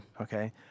Okay